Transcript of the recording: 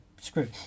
screw